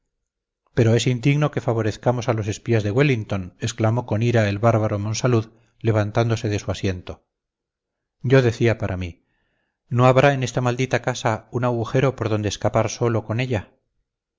pero es indigno que favorezcamos a los espías de wellington exclamó con ira el bárbaro monsalud levantándose de su asiento yo decía para mí no habrá en esta maldita casa un agujero por donde escapar solo con ella